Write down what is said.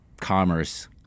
commerce